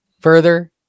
further